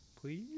Please